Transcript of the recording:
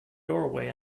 doorway